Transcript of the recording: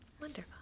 Wonderful